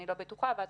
זה